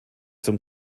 zum